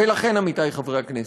ולכן, עמיתי חברי הכנסת,